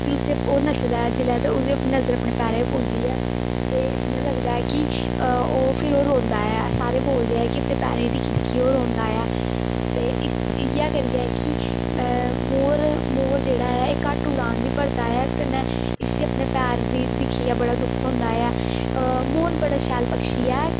फिर ओह् नचदा ऐ जेल्लै ते ओहदे नजर अपने पैरें उप्पर पौंदी ऐ ते इयां लगदा कि हां ओह् फिर रौंहदा ऐ सारे बोलदे हे कि अपने पैरें गी दिक्खियै दिक्खी ओह् रोंदा ऐ ते इयै करियै कि मोर मोर जेहड़ा ऐ एह् घट्ट उडान भरदा ऐ कन्नै इसी अपने पैर दी दिक्खयै बड़ा दुख होंदा ऐ मोर बड़ा शैल पक्षी ऐ